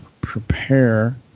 prepare